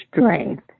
strength